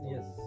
Yes